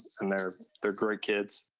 and they're they're great kids,